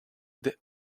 the